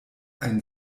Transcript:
ein